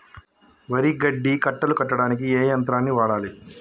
వరి గడ్డి కట్టలు కట్టడానికి ఏ యంత్రాన్ని వాడాలే?